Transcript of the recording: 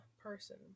person